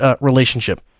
relationship